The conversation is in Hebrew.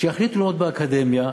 כשיחליטו ללמוד באקדמיה,